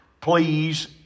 please